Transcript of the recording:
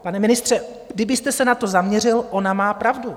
Pane ministře, kdybyste se na to zaměřil, ona má pravdu.